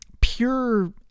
pure